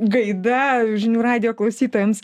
gaida žinių radijo klausytojams